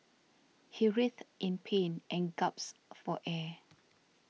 he writhed in pain and gasped for air